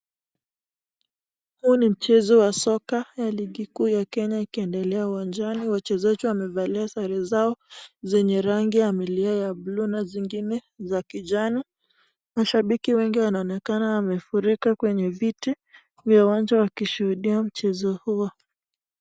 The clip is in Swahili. Huu ni mchezo wa soka ya ligi kuu ya Kenya ikiendelea uwanjani. Wachezaji wamevalia sare zao zenye rangi ya milia ya bluu na zingine za kijano. Mashabiki wengi wanaonekana wamefurika kwenye viti juu ya uwanja wakishuhudia mchezo huo.